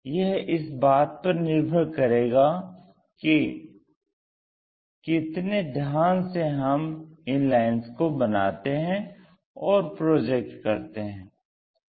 यह इस बात पर निर्भर करेगा कि कितने ध्यान से हम इन लाइन्स को बनाते हैं और प्रोजेक्ट करते हैं